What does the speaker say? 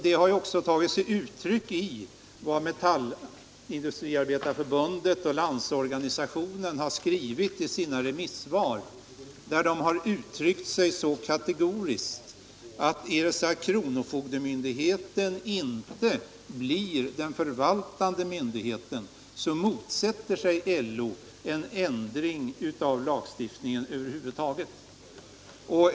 Detta har också kommit till uttryck i Metallindustriarbetareförbundets och Landsorganisationens remissvar. Om inte kronofogdemyndigheten blir den förvaltande myndigheten så motsätter sig LO en ändring av lagstiftningen över huvud taget.